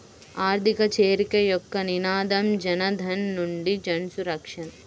ఆర్థిక చేరిక యొక్క నినాదం జనధన్ నుండి జన్సురక్ష